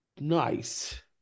Nice